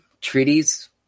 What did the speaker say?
treaties